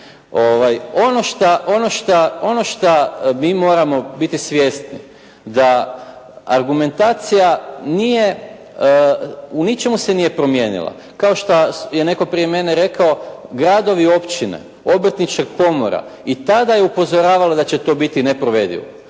Ono što mi moramo biti svjesni, da argumentacija nije u ničemu se promijenila. Kao što je netko prije mene rekao, gradovi, općine, obrtnička komora i tada je upozoravala da će to biti neprovedivo.